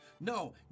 No